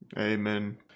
Amen